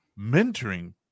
mentoring